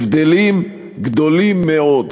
יש הבדלים גדולים מאוד.